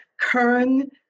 Kern